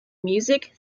music